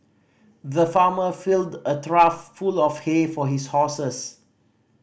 the farmer filled a trough full of hay for his horses